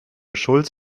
schulz